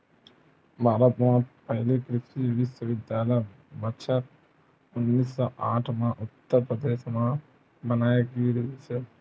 भारत म पहिली कृषि बिस्वबिद्यालय बछर उन्नीस सौ साठ म उत्तर परदेस म बनाए गिस हे